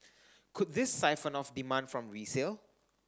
could this siphon off demand from resale